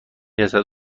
رسد